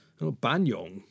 Banyong